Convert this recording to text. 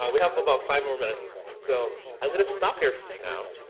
ah we have about five more minutes so i'm gonna stop here now.